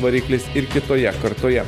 variklis ir kitoje kartoje